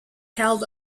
held